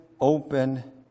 open